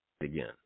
again